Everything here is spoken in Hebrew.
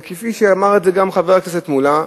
וכפי שאמר את זה גם חבר הכנסת מולה,